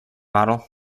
model